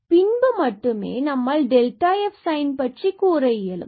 பின்பு மட்டுமே நம்மால் f சைன் பற்றி கூற இயலும்